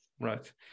Right